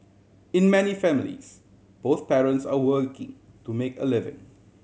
in many families both parents are working to make a living